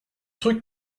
truc